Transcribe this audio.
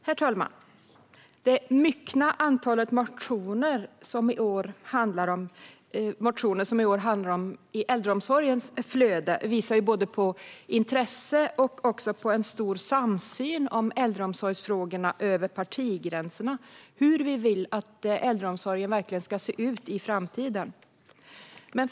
Herr talman! Det stora antalet motioner i år som handlar om äldreomsorgen visar både på intresse och på en stor samsyn om äldreomsorgsfrågorna över partigränserna när det gäller hur vi vill att äldreomsorgen ska se ut i framtiden.